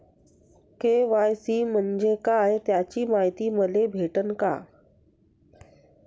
KYC म्हंजे काय त्याची मायती मले भेटन का?